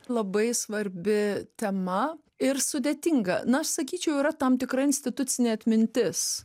labai svarbi tema ir sudėtinga na aš sakyčiau yra tam tikra institucinė atmintis